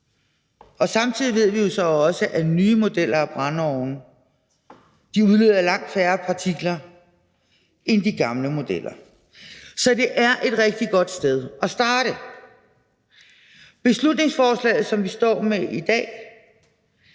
2027. Vi ved jo samtidig, at nye modeller af brændeovne udleder langt færre partikler end de gamle modeller. Så det er et rigtig godt sted at starte. Med hensyn til det beslutningsforslag, som vi står med i dag,